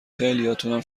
خیلیاتونم